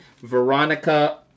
Veronica